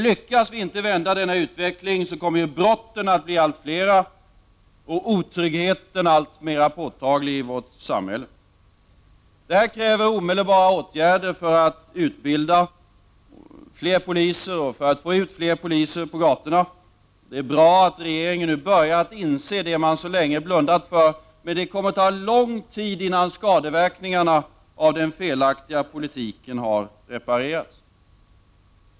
Lyckas vi inte med att göra det, kommer brotten att bli allt fler och otryggheten alltmer påtaglig i vårt samhälle. Detta kräver omedelbara åtgärder för att utbilda fler poliser och för att få ut fler poliser på gatorna. Det är bra att regeringen nu börjar inse det man så länge blundat för. Men det kommer att ta lång tid innan skadeverkningarna av den felaktiga politiken har reparerats.